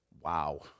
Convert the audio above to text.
Wow